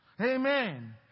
Amen